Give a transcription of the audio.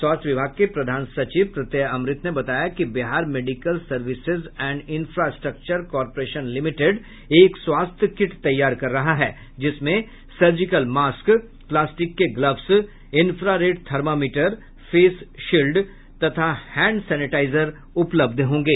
स्वास्थ्य विभाग के प्रधान सचिव प्रत्यय अमृत ने बताया कि Bihar medical services and infrastructure corporation limited एक स्वास्थ्य किट तैयार कर रहा है जिसमें सर्जिकल मास्क प्लास्टिक के gloves infrared thermometer face shield तथा हैंड सेनेटाइजर उपलब्ध होंगे